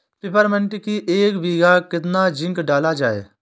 Peppermint की एक बीघा कितना जिंक डाला जाए?